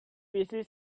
busy